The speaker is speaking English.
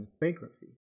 bankruptcy